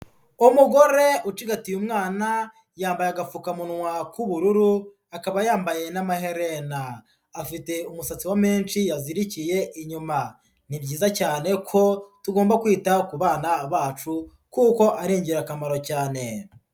Umugore ucigatiye umwana, yambaye agapfukamunwa k'ubururu, akaba yambaye n'amaherena. Afite umusatsi wa menshi yazirikiye inyuma. Ni byiza cyane ko tugomba kwita ku bana bacu kuko ari ingirakamaro cyane.